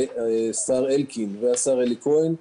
השר אלקין והשר אלי כהן,